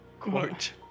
quote